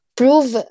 prove